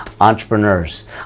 entrepreneurs